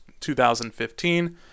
2015